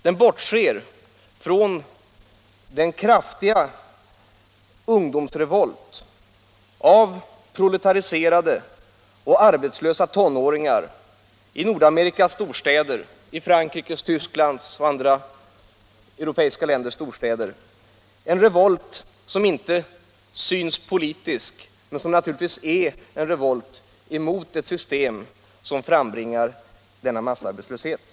Man bortser från den kraftiga ungdomsrevolten av proletariserade och arbetslösa tonåringar i Nordamerikas storstäder, i Frankrikes, Tysklands och andra europeiska länders storstäder — en revolt som i regel inte uppfattats som politisk men som naturligtvis ändå är en revolt emot ett system som frambringar denna massarbetslöshet.